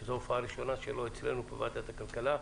שזו ההופעה הראשונה שלו אצלנו בוועדת הכלכלה.